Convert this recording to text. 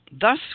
thus